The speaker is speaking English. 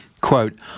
Quote